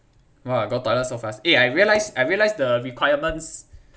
!wah! go toilet so fast eh I realize I realize the requirements